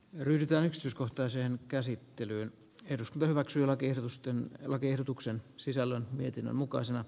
yritä yksityiskohtaiseen käsittelyyn eduskunta hyväksyy rakennusten ja lakiehdotuksen sisällön mietinnön mukaisena